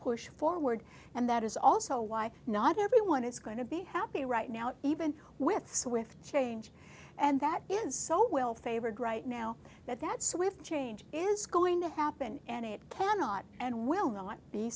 push forward and that is also why not everyone is going to be happy right now even with swift change and that is so well favored right now that that swift change is going to happen and it cannot and will not be